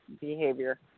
behavior